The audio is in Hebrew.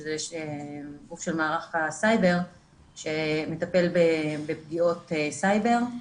שזה גוף של מערך הסייבר שמטפל בפגיעות סייבר.